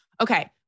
okay